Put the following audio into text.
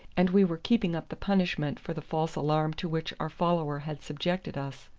and we were keeping up the punishment for the false alarm to which our follower had subjected us.